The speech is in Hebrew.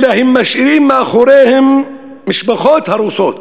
אלא הם משאירים מאחוריהם משפחות הרוסות.